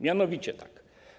Mianowicie takie.